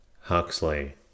Huxley